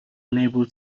unable